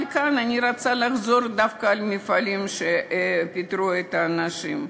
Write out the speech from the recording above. כאן אני רוצה לחזור דווקא אל המפעלים שפיטרו את האנשים.